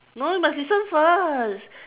no you must listen first